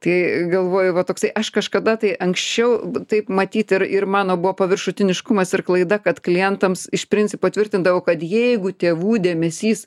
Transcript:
tai galvoju va toksai aš kažkada tai anksčiau taip matyt ir ir mano buvo paviršutiniškumas ir klaida kad klientams iš principo tvirtindavau kad jeigu tėvų dėmesys